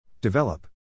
Develop